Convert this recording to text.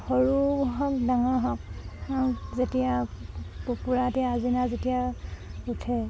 সৰু হওক ডাঙৰ হওক যেতিয়া কুকুৰা এতিয়া আচিনা যেতিয়া উঠে